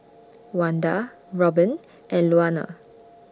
Wanda Robbin and Luana